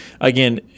again